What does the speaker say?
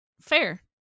fair